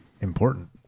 important